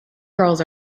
girls